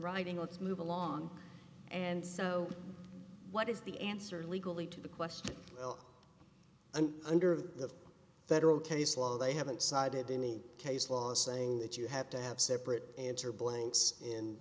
writing let's move along and so what is the answer legally to the question and under the federal case law they haven't cited any case law saying that you have to have separate enter blinks in